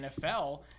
NFL